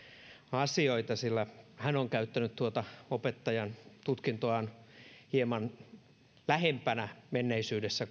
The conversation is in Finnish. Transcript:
asioita sillä hän on käyttänyt tuota opettajan tutkintoaan hieman lähempänä menneisyydessä